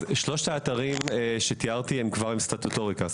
שלושת האתרים שתיארתי הם כבר עם סטטוטוריקה.